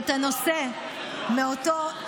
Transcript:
מי אוכף את הנושא של אותו כלי רכב או חברה פרסומית?